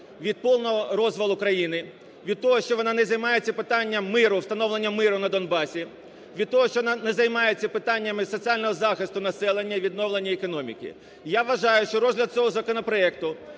від повного розвалу країни, від того, що вона не займається питанням миру, встановлення миру на Донбасі, від того, що вона не займається питаннями соціального захисту населення, відновлення економіки. Я вважаю, що розгляд цього законопроекту